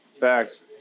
Thanks